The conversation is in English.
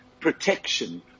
protection